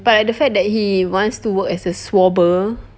but the fact that he wants to work as a swabber